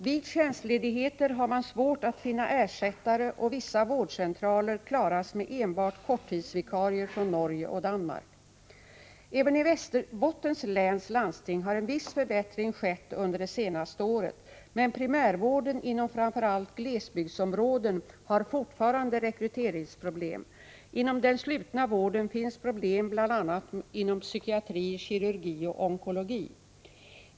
Vid tjänstledigheter har man svårt att finna ersättare och vissa vårdcentraler klaras med enbart korttidsvikarier från Norge och Danmark. Även i Västerbottens läns landsting har en viss förbättring skett under det senaste året. Men primärvården inom framför allt glesbygdsområden har fortfarande rekryteringsproblem. Inom den slutna vården finns problem bl.a. inom psykiatri, kirurgi och onkologi.